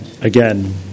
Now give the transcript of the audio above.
again